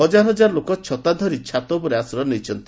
ହଜାର ହଜାର ଲୋକ ଛତାଧରି ଛାତ ଉପରେ ଆଶ୍ରୟ ନେଇଛନ୍ତି